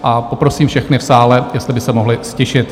A poprosím všechny v sále, jestli by se mohli ztišit.